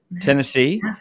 Tennessee